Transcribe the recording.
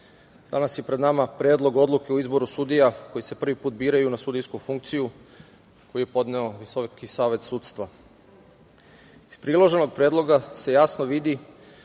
danas je pred nama Predlog odluke o izboru sudija koji se prvi put biraju na sudijsku funkciju, koji je podneo Visoki savet sudstva. Iz priloženog predloga se jasno vidi